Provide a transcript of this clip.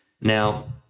Now